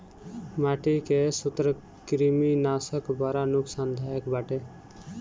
माटी के सूत्रकृमिनाशक बड़ा नुकसानदायक बाटे